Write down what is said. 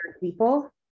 people